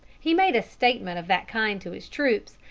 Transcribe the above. he made a statement of that kind to his troops,